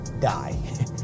die